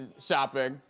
shopping.